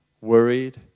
worried